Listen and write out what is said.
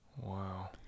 Wow